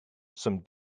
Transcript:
some